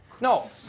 No